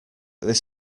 this